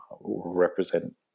represent